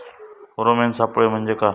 Pheromone सापळे म्हंजे काय?